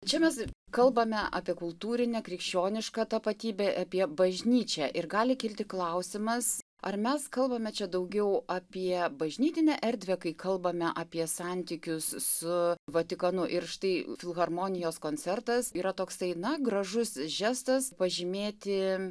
čia mes kalbame apie kultūrinę krikščionišką tapatybę apie bažnyčią ir gali kilti klausimas ar mes kalbame čia daugiau apie bažnytinę erdvę kai kalbame apie santykius su vatikanu ir štai filharmonijos koncertas yra toksai na gražus gestas pažymėti